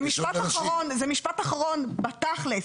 משפט אחרון בתכלס,